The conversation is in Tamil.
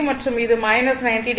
மற்றும் இது 90o